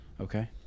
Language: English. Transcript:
Okay